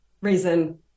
reason